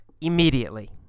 immediately